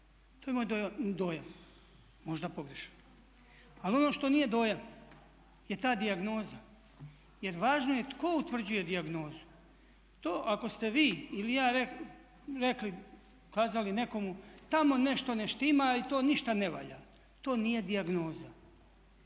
To je moj dojam, možda pogrešan. Ali ono što nije dojam je ta dijagnoza. Jer važno je tko utvrđuje dijagnozu. To ako ste vi ili ja rekli, kazali nekomu tamo nešto ne štima i to ništa ne valja to nije dijagnoza.